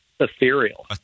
Ethereal